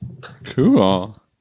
Cool